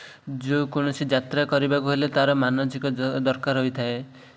ଯେକୌଣସି ଯାତ୍ରା କରିବାକୁ ହେଲେ ତା'ର ମାନଚିତ୍ର ଦରକାର ହୋଇଥାଏ